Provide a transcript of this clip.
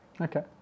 Okay